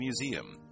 Museum